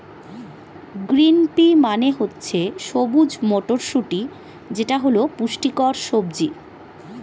green pea মানে হচ্ছে সবুজ মটরশুঁটি যেটা হল পুষ্টিকর সবজি